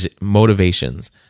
motivations